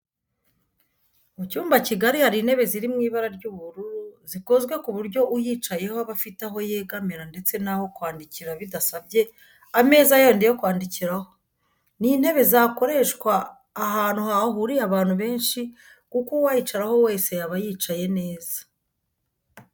Mu cyumba kigari hari intebe ziri mu ibara ry'ubururu zikozwe ku buryo uyicayeho aba afite aho yegamira ndetse n'aho kwandikira bidasabye ameza yandi yo kwandikiraho. Ni intebe zakoreshwa ahantu hahuriye abantu benshi kuko uwayicaraho wese yaba yicaye neza